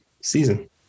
season